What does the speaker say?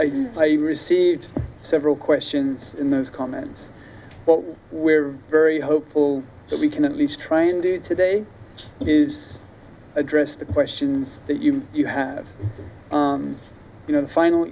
i received several questions in those comments but we're very hopeful so we can at least train do today is address the questions that you you have you know the final